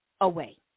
away